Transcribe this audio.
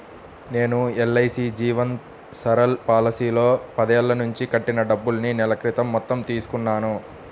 నేను ఎల్.ఐ.సీ జీవన్ సరల్ పాలసీలో పదేళ్ళ నుంచి కట్టిన డబ్బుల్ని నెల క్రితం మొత్తం తీసుకున్నాను